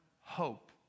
hope